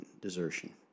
desertion